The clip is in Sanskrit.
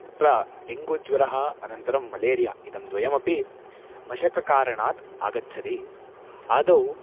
तत्र डेङ्गूज्वरः अनन्तरं मलेरिया इदं द्वयमपि मशककारणात् आगच्छति आदौ